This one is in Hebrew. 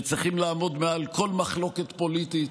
שצריכים לעמוד מעל כל מחלוקת פוליטית.